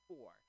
Four